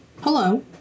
hello